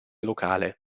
locale